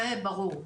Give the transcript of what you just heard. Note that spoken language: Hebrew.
זה ברור.